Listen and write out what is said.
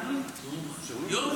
נו, מה אתה רוצה.